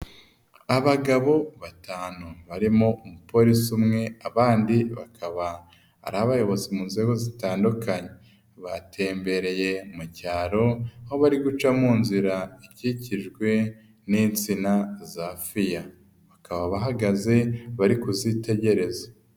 Abagabo batanu barimo umupolisi umwe abandi bakaba ari abayobozi mu nzego zitandukanye. Batembereye mu cyaro aho bari guca mu nzira ikikijwe n'insina za fiya. Bakaba bahagaze bari kuzitegereza.